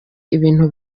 ibintu